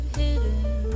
hidden